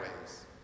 ways